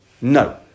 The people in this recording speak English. No